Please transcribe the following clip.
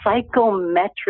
psychometric